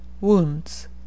Wounds